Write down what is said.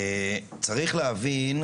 צריך להבין,